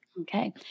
Okay